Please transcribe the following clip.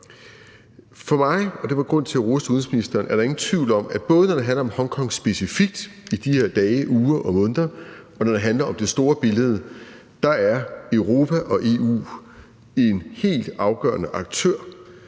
For mig – og det var grunden til, at jeg roste udenrigsministeren – er der ingen tvivl om, at både når det handler om Hongkong specifikt i de her dage, uger og måneder, og når det handler om det store billede, er Europa og EU en helt afgørende aktør.